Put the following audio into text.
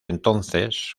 entonces